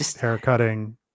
haircutting